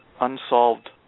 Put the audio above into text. unsolved